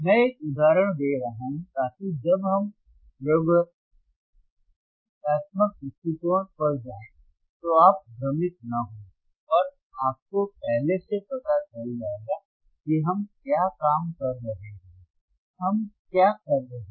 मैं एक उदाहरण दे रहा हूं ताकि जब हम प्रयोगात्मक दृष्टिकोण पर जाएं तो आप भ्रमित न हों और आपको पहले से पता चल जाएगा कि हम क्या काम कर रहे हैं हम क्या कर रहे हैं